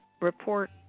report